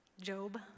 Job